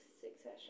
succession